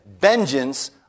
Vengeance